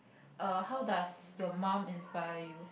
err how does your mum inspire you